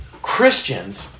Christians